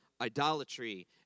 idolatry